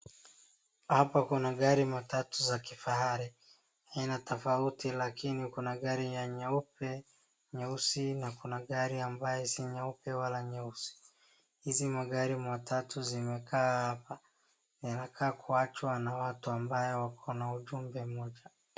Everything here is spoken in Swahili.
Hapa kuna magari matatu za kifahari, ina tofauti lakini kuna gari nyeupe, nyeusi, kuna gari ambaye si nyeupe wala si nyeusi. Hizi magari matatu zimeachwa hapa. Zinakaa kuachwa na watu ambao wako na ujumbe mmoja.